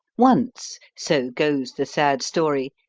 once, so goes the sad story,